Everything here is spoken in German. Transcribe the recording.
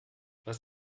was